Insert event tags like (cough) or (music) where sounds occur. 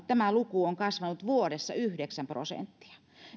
(unintelligible) tämä luku on kasvanut vuodessa yhdeksän prosenttia